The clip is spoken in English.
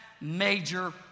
major